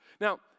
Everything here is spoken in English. Now